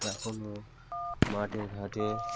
এখনও মাঠে ঘাটে